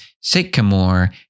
sycamore